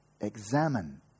Examine